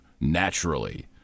naturally